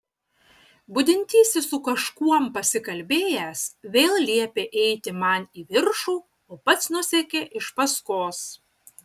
budintysis su kažkuom pasikalbėjęs vėl liepė eiti man į viršų o pats nusekė iš paskos